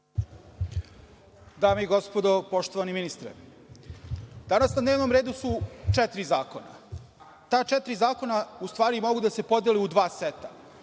Dame i gospodo, poštovani ministre, danas na dnevnom redu su četiri zakona. Ta četiri zakona u stvari mogu da se podele u dva seta.